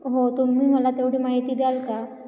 हो तुम्ही मला तेवढी माहिती द्याल का